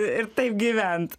ir taip gyvent